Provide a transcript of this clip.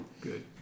Good